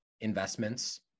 investments